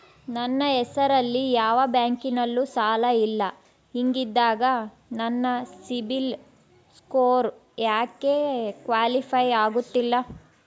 ನನ್ನ ಹೆಸರಲ್ಲಿ ಯಾವ ಬ್ಯಾಂಕಿನಲ್ಲೂ ಸಾಲ ಇಲ್ಲ ಹಿಂಗಿದ್ದಾಗ ನನ್ನ ಸಿಬಿಲ್ ಸ್ಕೋರ್ ಯಾಕೆ ಕ್ವಾಲಿಫೈ ಆಗುತ್ತಿಲ್ಲ?